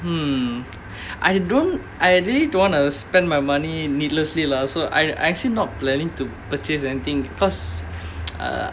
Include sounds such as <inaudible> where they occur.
hmm I don't I really don't want to spend my money needlessly lah so I I actually not planning to purchase anything because <noise> uh